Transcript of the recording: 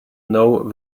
know